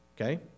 Okay